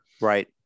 right